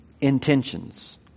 intentions